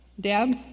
Deb